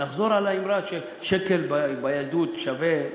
נחזור על האמרה ששקל בילדות שווה,